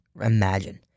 imagine